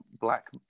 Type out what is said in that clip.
black